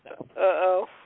Uh-oh